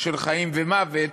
של חיים ומוות,